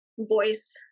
voice